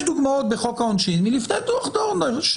יש דוגמאות בחוק העונשין מלפני דוח דורנר,